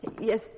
Yes